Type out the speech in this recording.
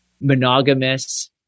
monogamous